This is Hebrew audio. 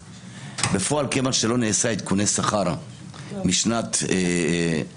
בפועל כיוון שלא נעשו עדכוני שכר משנת 2002,